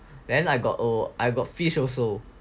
then I got oh I got fish also